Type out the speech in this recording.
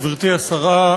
גברתי השרה,